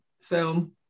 film